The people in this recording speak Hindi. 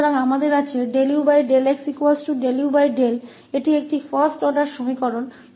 तो हमारे पास uxut है यह प्रथम कोटि का समीकरण है